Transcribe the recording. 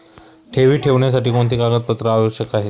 ठेवी ठेवण्यासाठी कोणते कागदपत्रे आवश्यक आहे?